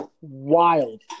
wild